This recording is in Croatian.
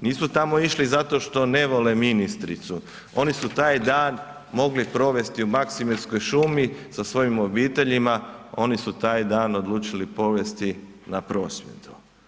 nisu tamo išli zato što ne vole ministricu, oni su taj dan mogli provesti u Maksimirskoj šumi sa svojim obiteljima, oni su taj dan odlučili provesti na prosvjedu.